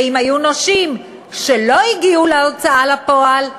ואם היו נושים שלא הגיעו להוצאה לפועל,